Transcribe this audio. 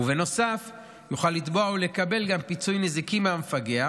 ובנוסף יוכל לתבוע ולקבל גם פיצוי נזיקי מהמפגע